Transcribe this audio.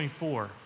24